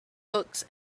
books